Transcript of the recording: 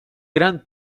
grand